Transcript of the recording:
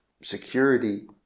security